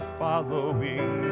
following